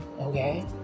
Okay